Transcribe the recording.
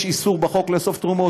יש איסור בחוק לאסוף תרומות,